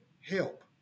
help